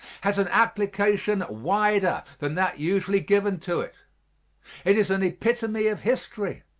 has an application wider than that usually given to it it is an epitome of history.